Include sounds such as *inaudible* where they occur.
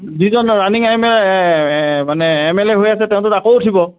যিজন ৰানিং *unintelligible* মানে M L A হৈ আছে তেওঁতো আকৌ উঠিব